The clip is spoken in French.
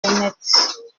honnête